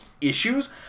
issues